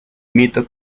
mito